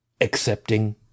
accepting